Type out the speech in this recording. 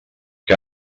que